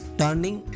turning